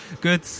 good